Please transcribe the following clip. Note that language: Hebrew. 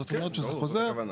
ברור, זו הכוונה.